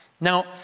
Now